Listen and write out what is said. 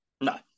No